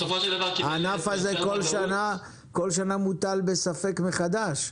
הענף הזה כל שנה מוטל בספק מחדש,